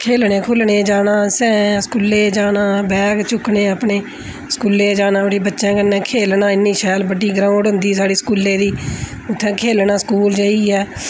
खेलने खोलने गी जाना असें स्कूलै गी जाना बैग चुक्कने अपने स्कूलै गी जाना उठी बच्चे कन्नै खेलना इन्नी शैल बड्डी ग्राउंड होंदी ही साढ़े स्कूलै दी उत्थे खेलना स्कूल जाइयै